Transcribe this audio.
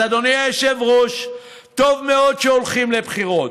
אז אדוני היושב-ראש, טוב מאוד שהולכים לבחירות.